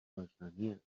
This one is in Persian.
داشتنیه